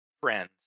friends